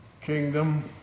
kingdom